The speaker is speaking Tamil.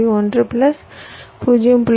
1 பிளஸ் 0